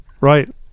Right